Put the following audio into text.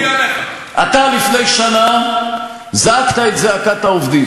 אני מבטיח לך שטרם שאלך לכל הרוחות,